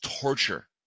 torture